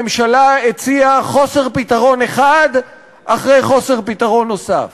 הממשלה הציעה חוסר פתרון אחד ואחריו חוסר פתרון נוסף.